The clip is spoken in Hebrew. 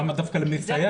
למה דווקא למסייע?